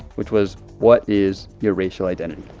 which was, what is your racial identity?